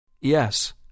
Yes